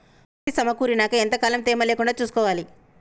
పత్తి సమకూరినాక ఎంత కాలం తేమ లేకుండా చూసుకోవాలి?